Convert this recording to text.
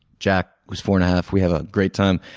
jack, who's four and a half, we have a great time.